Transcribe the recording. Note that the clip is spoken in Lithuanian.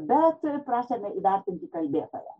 bet prašome įvertinti kalbėtoją